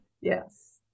Yes